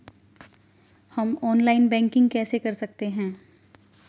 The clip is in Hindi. हम ऑनलाइन बैंकिंग कैसे कर सकते हैं?